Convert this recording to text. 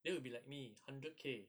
then will be like me hundred k